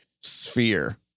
sphere